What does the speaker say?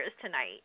tonight